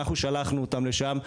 אנחנו שלחנו אותן לשם,